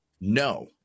No